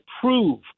prove